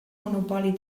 monopoli